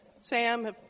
Sam